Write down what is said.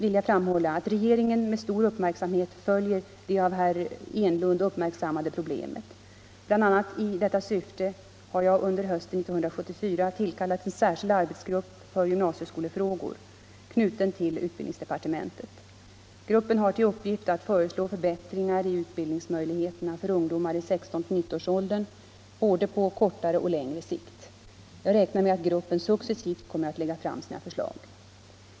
vill jag framhålla att regeringen med stor uppmärksamhet följer det av herr Enlund uppmärksammade problemet. BI. a. i detta syfte har jag under hösten 1974 tillkallat en särskild arbetsgrupp för gymnasieskolfrågor knuten till utbildningsdepartementet. Gruppen har till uppgift att föreslå förbättringar i utbildningsmöjligheterna för ungdomar i 16-19-årsåldern både på kortare och längre sikt. Jag räknar med att gruppen successivt kommer att lägga fram sina förslag.